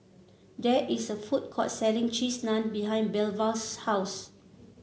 there is a food court selling Cheese Naan behind Belva's house